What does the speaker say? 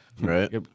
Right